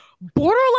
borderline